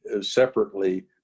separately